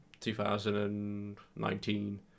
2019